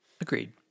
agreed